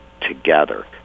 together